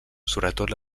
sobretot